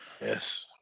Yes